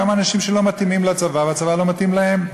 גם אנשים שלא מתאימים לצבא והצבא לא מתאים להם.